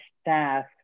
staff